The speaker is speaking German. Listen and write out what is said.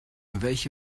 welche